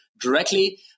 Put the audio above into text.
directly